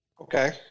Okay